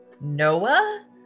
Noah